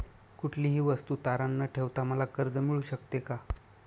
कुठलीही वस्तू तारण न ठेवता मला कर्ज मिळू शकते का?